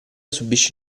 subisce